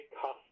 cost